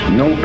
no